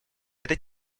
это